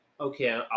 okay